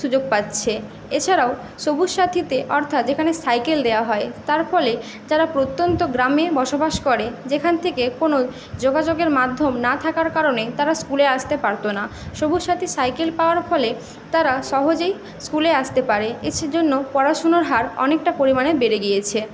সুযোগ পাচ্ছে এছাড়াও সবুজ সাথীতে অর্থাৎ এখানে সাইকেল দেওয়া হয় তার ফলে যারা প্রত্যন্ত গ্রামে বসবাস করে যেখান থেকে কোনো যোগাযোগের মাধ্যম না থাকার কারণে তারা স্কুলে আসতে পারতো না সবুজ সাথী সাইকেল পাওয়ার ফলে তারা সহজেই স্কুলে আসতে পারে এছি জন্য পড়াশুনোর হার অনেকটা পরিমাণে বেড়ে গিয়েছে